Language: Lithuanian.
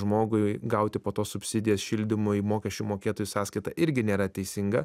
žmogui gauti po to subsidijas šildymui mokesčių mokėtojų sąskaita irgi nėra teisinga